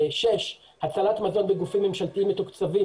הנושא הבא הוא הצלת מזון בגופים ממשלתיים מתוקצבים.